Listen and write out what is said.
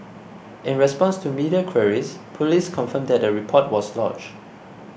in response to media queries police confirmed that a report was lodged